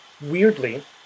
weirdly